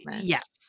Yes